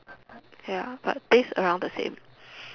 ya but base around the same